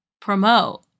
promote